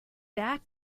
that